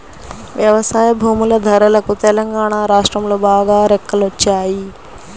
వ్యవసాయ భూముల ధరలకు తెలంగాణా రాష్ట్రంలో బాగా రెక్కలొచ్చాయి